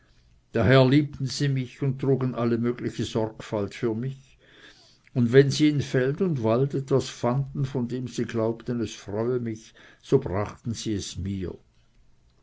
daher liebten sie mich und trugen alle mögliche sorgfalt für mich und wenn sie in feld oder wald etwas fanden von dem sie glaubten es freue mich so brachten sie es mir